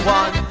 one